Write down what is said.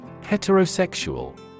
Heterosexual